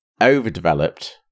overdeveloped